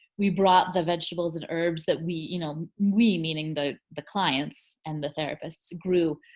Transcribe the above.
we brought the vegetables and herbs that we you know we meaning the the clients and the therapists grew.